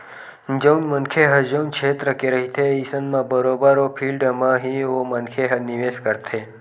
जउन मनखे ह जउन छेत्र के रहिथे अइसन म बरोबर ओ फील्ड म ही ओ मनखे ह निवेस करथे